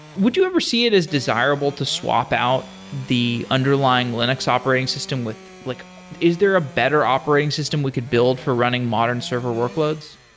would you ever see it as desirable to swap out the underlying linux operating system with like is there a better operating system we could build for running modern server workloads?